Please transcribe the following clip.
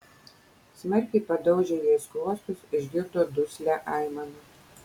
smarkiai padaužė jai skruostus išgirdo duslią aimaną